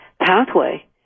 pathway